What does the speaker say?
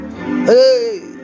hey